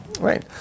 Right